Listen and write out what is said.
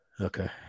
Okay